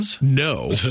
No